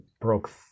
broke